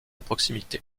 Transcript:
proximité